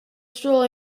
stroll